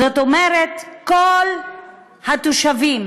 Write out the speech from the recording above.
זאת אומרת, כל התושבים